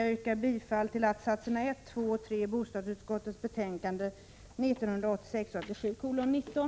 Jag yrkar bifall till reservationerna 1, 2 och 3 i bostadsutskottets betänkande 1986/87:19.